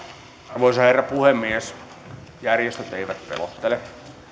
arvoisa herra puhemies järjestöt eivät pelottele